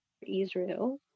Israel